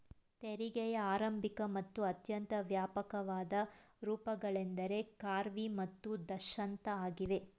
ತೆರಿಗೆಯ ಆರಂಭಿಕ ಮತ್ತು ಅತ್ಯಂತ ವ್ಯಾಪಕವಾದ ರೂಪಗಳೆಂದ್ರೆ ಖಾರ್ವಿ ಮತ್ತು ದತ್ತಾಂಶ ಆಗಿವೆ